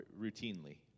routinely